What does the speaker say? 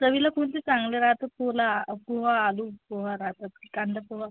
चवीला कोणचं चांगलं राहतं कोला पोहा आलू पोहा राहतं की कांदा पोहा